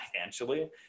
financially